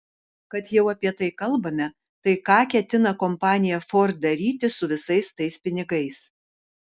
kad jau apie tai kalbame tai ką ketina kompanija ford daryti su visais tais pinigais